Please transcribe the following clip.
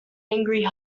angry